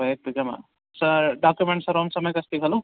exam documents सर्वं सम्यगस्ति खलु